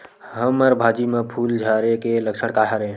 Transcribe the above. हमर भाजी म फूल झारे के लक्षण का हरय?